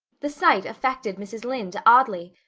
the sight affected mrs. lynde oddly.